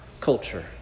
culture